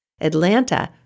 Atlanta